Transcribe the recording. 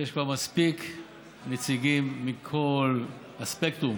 שיש כבר מספיק נציגים מכל הספקטרום